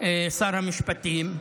שר המשפטים,